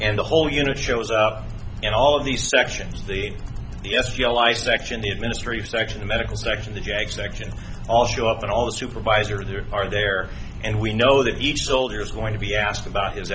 and the whole unit shows up in all of these sections of the s t l i section the administrative section the medical section the jag section all show up and all the supervisor there are there and we know that each soldier is going to be asked about his